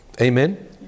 Amen